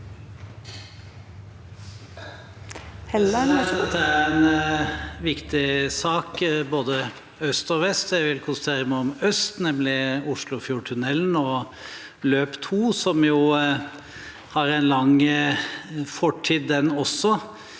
Dette er en viktig sak, både for øst og vest. Jeg vil konsentrere meg om øst, nemlig Oslofjordtunnelen og løp nummer to, som også har en lang fortid.